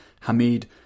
Hamid